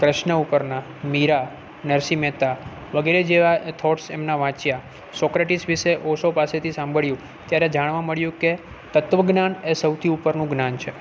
ક્રષ્ન ઉપરના મીરા ઉપરના નરસિંહ મહેતા વગેરે જેવા થોટ્સ એમના વાંચ્યા સોક્રેટિસ વિષે ઓશો પાસેથી સાંભળ્યું ત્યારે જાણવા મળ્યું કે તત્ત્વજ્ઞાન એ સૌથી ઉપરનું જ્ઞાન છે